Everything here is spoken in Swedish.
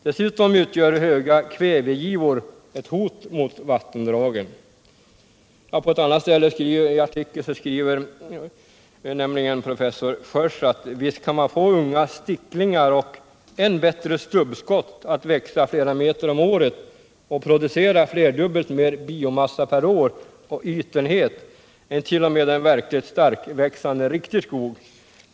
Dessutom utgör höga kvävegivor ett hot mot vattendragen.” På ett annat ställe i artikeln skriver professor Sjörs att visst kan man få unga sticklingar och än bättre stubbskott att växa flera meter om året och producera flerdubbelt mer biomassa per år och ytenhet än t.o.m. en verkligt starkväxande riktig skog.